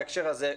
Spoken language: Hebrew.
בהקשר הזה,